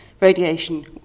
radiation